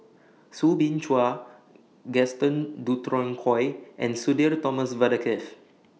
Soo Bin Chua Gaston Dutronquoy and Sudhir Thomas Vadaketh